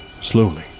slowly